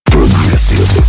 Progressive